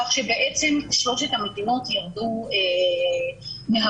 כך שבעצם שלושת המדינות ירדו מהרשימות.